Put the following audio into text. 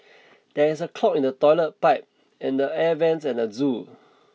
there is a clog in the toilet pipe and the air vents at the zoo